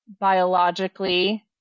biologically